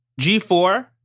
G4